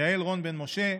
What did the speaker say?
יעל רון בן משה,